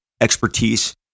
expertise